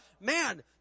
man